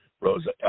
Rosa